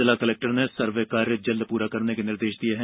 जिला कलेक्टर ने सर्वे कार्य जल्द पूरा करने के निर्देश दिये हैं